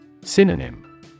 Synonym